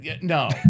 No